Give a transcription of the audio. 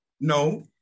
No